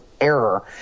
error